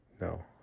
No